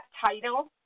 title